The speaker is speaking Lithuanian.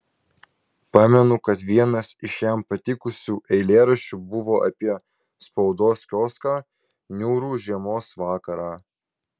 pamenu kad vienas iš jam patikusių eilėraščių buvo apie spaudos kioską niūrų žiemos vakarą